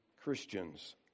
Christians